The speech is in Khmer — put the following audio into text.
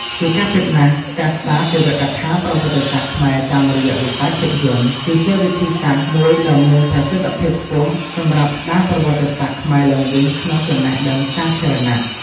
ជាការពិតណាស់ ការស្ដារទេវកថាប្រវត្តិសាស្ត្រខ្មែរតាមរយៈវិស័យភាពយន្ត គឺជាវិធីសាស្រ្តមួយដ៏មានប្រសិទ្ធភាពខ្ពស់សម្រាប់ស្ដារប្រវត្តិសាស្ត្រខ្មែរឡើងវិញក្នុងចំណេះដឹងសាធារណៈ។